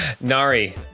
Nari